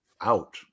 out